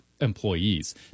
employees